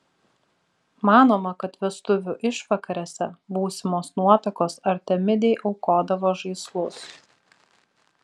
manoma kad vestuvių išvakarėse būsimos nuotakos artemidei aukodavo žaislus